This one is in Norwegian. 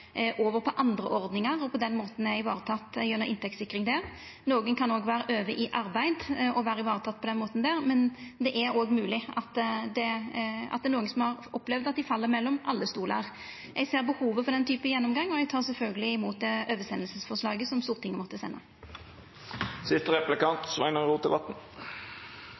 over på andre ordningar og på den måten er varetekne gjennom inntektssikring der. Nokre kan vera over i arbeid og vera varetekne på den måten, men det er òg mogleg at nokre har opplevd å falla mellom alle stolar. Eg ser behovet for den typen gjennomgang og tek sjølvsagt imot det oversendingsforslaget som Stortinget måtte